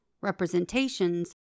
representations